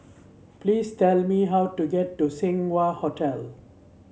please tell me how to get to Seng Wah Hotel